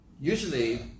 usually